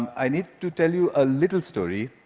i need to tell you a little story,